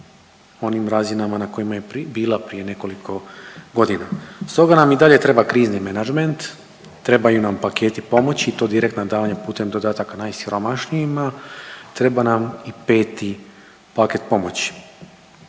onim razinama na kojima je bila prije nekoliko godina. Stoga nam i dalje treba krizni menadžment, trebaju nam paketi pomoći i to direktna davanja putem dodataka najsiromašnijima, treba nam i 5. paket pomoći.